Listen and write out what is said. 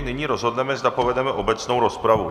Nyní rozhodneme, zda povedeme obecnou rozpravu.